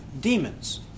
demons